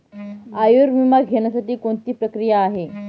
आयुर्विमा घेण्यासाठी कोणती प्रक्रिया आहे?